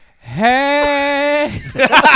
hey